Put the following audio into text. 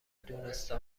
دونسته